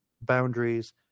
boundaries